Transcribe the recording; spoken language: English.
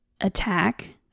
attack